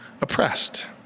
oppressed